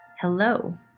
Hello